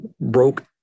broke